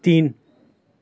तिन